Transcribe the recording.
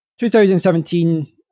2017